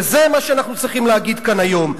וזה מה שאנחנו צריכים להגיד כאן היום.